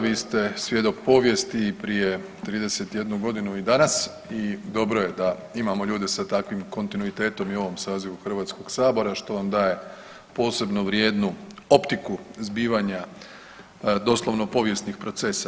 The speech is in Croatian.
Vi ste svjedok povijesti prije 31 godinu i danas i dobro je da imamo ljude sa takvim kontinuitetom i u ovom sazivu HS-a, što vam daje posebnu vrijednu optiku zbivanja doslovno povijesnih procesa.